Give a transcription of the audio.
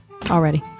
Already